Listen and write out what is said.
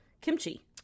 kimchi